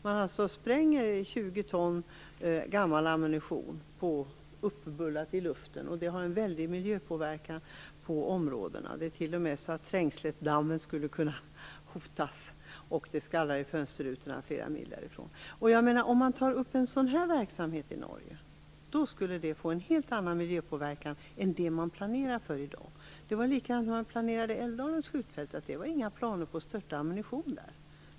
Man spränger alltså 20 ton gammal ammunition, "uppbullad" i luften, och det har en väldig miljöpåverkan på de kringliggande områdena. Det är t.o.m. så att Trängsletdammen skulle kunna hotas, och det skallrar i fönsterrutorna flera mil därifrån. Jag menar att om man tar upp en sådan verksamhet i Norge skulle det få en helt annan miljöpåverkan än det man planerar för i dag. Det var likadant när man planerade Älvdalens skjutfält; det fanns inga planer på att störta ammunition där.